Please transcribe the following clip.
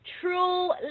true